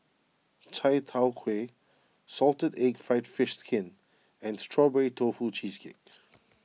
Chai Tow Kway Salted Egg Fried Fish Skin and Strawberry Tofu Cheesecake